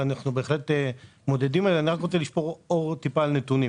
ואני רוצה לשפוך קצת אור על נתונים.